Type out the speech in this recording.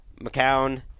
McCown